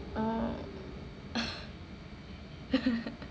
oh